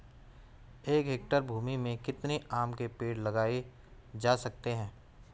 एक हेक्टेयर भूमि में कितने आम के पेड़ लगाए जा सकते हैं?